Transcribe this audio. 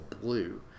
blue